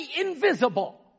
invisible